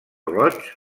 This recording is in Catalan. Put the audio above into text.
roig